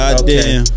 Goddamn